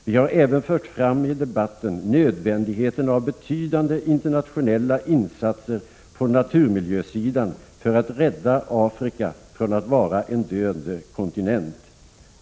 Vi har även fört fram i debatten nödvändigheten av betydande internationella insatser på naturmiljösidan för att rädda Afrika från att vara en döende kontinent.